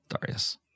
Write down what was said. Darius